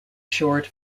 short